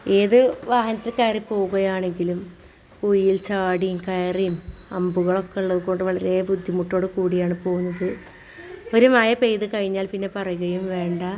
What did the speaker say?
ഏത് വാഹനത്തിൽ കയറിപ്പോവുകയാണെങ്കിലും കുഴിയിൽ ചാടിയും കയറിയും ഹമ്പുകളൊക്കെ ഉള്ളതുകൊണ്ട് വളരെ ബുദ്ധിമുട്ടോടുകൂടിയാണ് പോകുന്നത് ഒരു മഴ പെയ്തുകഴിഞ്ഞാൽ പിന്നെ പറയുകയും വേണ്ട